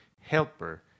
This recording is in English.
helper